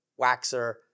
waxer